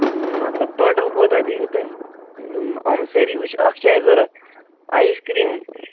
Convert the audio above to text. مطلب ٹوٹَل کوتاہ دِیِو تُہۍ یِم یِم سٲری وٕچھ اَکھ چھِ اَسہِ ضوٚرَتھ آیِس کرٛیٖم